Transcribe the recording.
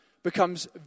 Becomes